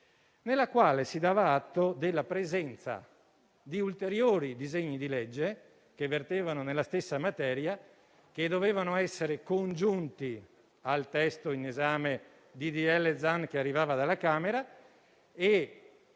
nella quale si dava atto della presenza di ulteriori disegni di legge, che vertevano sulla stessa materia, che dovevano essere congiunti al testo in esame, il disegno di legge Zan, che arrivava dalla Camera